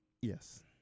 Yes